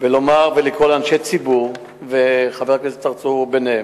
ולקרוא לאנשי ציבור, וחבר הכנסת צרצור ביניהם,